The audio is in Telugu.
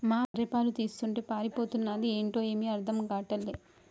మా బర్రె పాలు తీస్తుంటే పారిపోతన్నాది ఏంటో ఏమీ అర్థం గాటల్లే